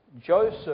Joseph